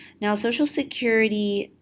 now, social security,